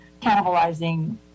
cannibalizing